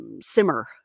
simmer